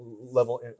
level